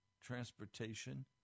transportation